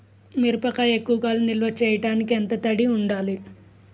మిరపకాయ ఎక్కువ కాలం నిల్వ చేయటానికి ఎంత తడి ఉండాలి?